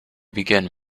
begin